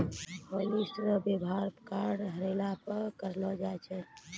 hotlist रो वेवहार card हेरैला पर करलो जाय छै